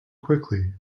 quickly